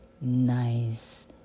nice